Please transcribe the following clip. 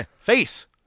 face